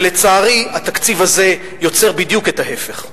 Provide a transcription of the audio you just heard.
ולצערי התקציב הזה יוצר בדיוק את ההיפך.